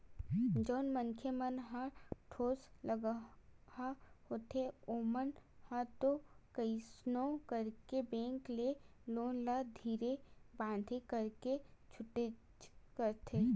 जउन मनखे मन ह ठोसलगहा होथे ओमन ह तो कइसनो करके बेंक के लोन ल धीरे बांधे करके छूटीच डरथे